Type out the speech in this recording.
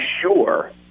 sure